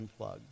unplug